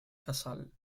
casal